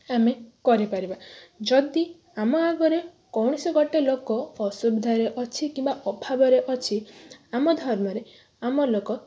ଆମେ କରିପାରିବା ଯଦି ଆମ ଆଗରେ କୌଣସି ଗୋଟେ ଲୋକ ଅସୁବିଧାରେ ଅଛି କିମ୍ବା ଅଭାବରେ ଅଛି ଆମ ଧର୍ମରେ ଆମ ଲୋକ